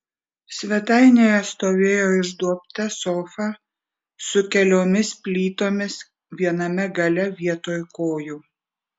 svetainėje stovėjo išduobta sofa su keliomis plytomis viename gale vietoj kojų